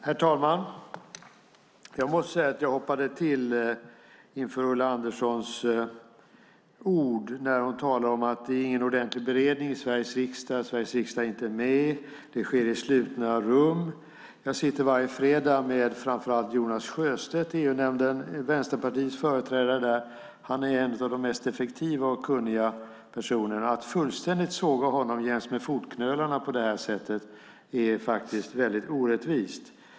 Herr talman! Jag måste säga att jag hoppade till inför Ulla Anderssons ord när hon talade att det inte är någon ordentlig beredning i Sveriges riksdag. Sveriges riksdag är inte med. Det sker i slutna rum. Jag sitter varje fredag med Vänsterpartiets företrädare Jonas Sjöstedt i EU-nämnden. Han är en av de mest effektiva och kunniga personerna. Att såga honom jäms med fotknölarna på det här sättet är väldigt orättvist.